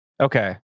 Okay